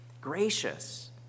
Gracious